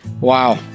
Wow